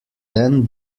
then